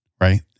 Right